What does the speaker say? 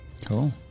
Cool